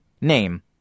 Name